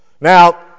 Now